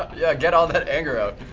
yeah, get all that anger out.